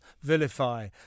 vilify